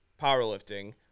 powerlifting